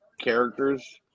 characters